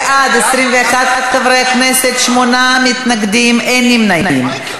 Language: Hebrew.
בעד, 21 חברי כנסת, שמונה מתנגדים, אין נמנעים.